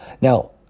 Now